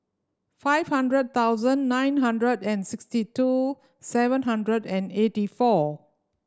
five hundred thousannd nine hundred and sixty two seven hundred and eighty four